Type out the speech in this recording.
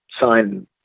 sign